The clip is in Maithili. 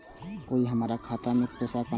कोय हमरा खाता में पैसा केना लगते?